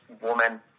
woman